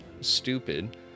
stupid